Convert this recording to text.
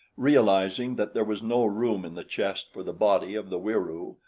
realizing that there was no room in the chest for the body of the wieroo,